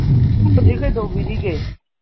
ꯁꯣꯝ ꯍꯨꯖꯤꯛ ꯀꯩꯗꯧꯕꯤꯔꯤꯒꯦ